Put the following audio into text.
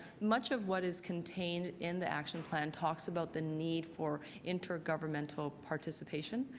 much of what is contained in the action plan talks about the need for intergovernmental participation.